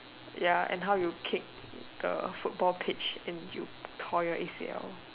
ya and how you kick the football pitch and you tore your A_C_L